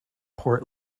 port